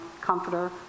comforter